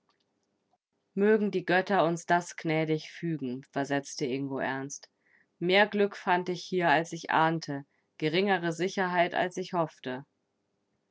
mögen die götter uns das gnädig fügen versetzte ingo ernst mehr glück fand ich hier als ich ahnte geringere sicherheit als ich hoffte